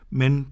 men